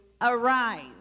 arise